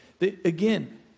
Again